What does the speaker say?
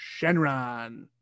Shenron